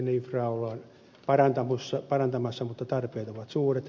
liikenneinfraa ollaan parantamassa mutta tarpeet ovat suuret